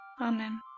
Amen